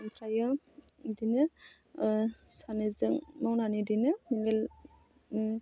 ओमफ्राय बिदिनो सानैजों मावनानै बिदिनो